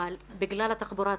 אבל בגלל התחבורה הציבורית,